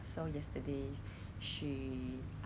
就听到一个很怪的声音